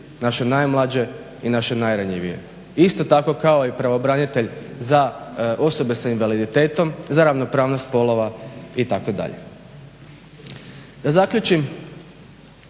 naše najmlađe i naše najranjivije. Isto tako kao i pravobranitelj za osobe sa invaliditetom, za ravnopravnost spolova itd. Da zaključim,